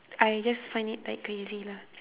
I just find it like crazy lah